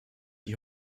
die